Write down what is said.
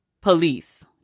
police